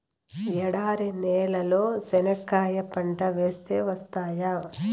ఎడారి నేలలో చెనక్కాయ పంట వేస్తే వస్తాయా?